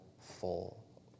full